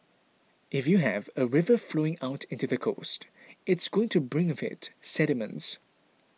if you have a river flowing out into the coast it's going to bring with it sediments